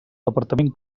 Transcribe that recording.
departament